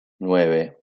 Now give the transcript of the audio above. nueve